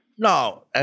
No